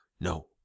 No